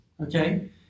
Okay